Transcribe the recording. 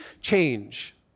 change